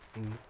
mmhmm